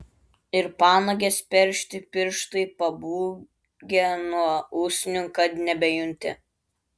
ir panagės peršti pirštai pabūgę nuo usnių kad nebejunti